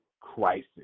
crisis